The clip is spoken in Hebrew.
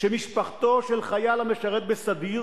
שמשפחתו של חייל המשרת בסדיר